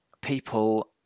people